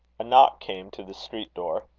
a knock came to the street door.